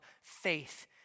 faith